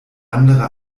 andere